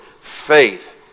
faith